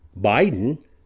Biden